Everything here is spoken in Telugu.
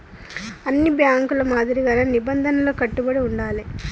అన్ని బ్యేంకుల మాదిరిగానే నిబంధనలకు కట్టుబడి ఉండాలే